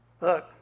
Look